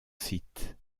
site